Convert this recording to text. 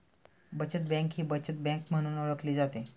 बचत बँक ही बचत बँक म्हणून ओळखली जाते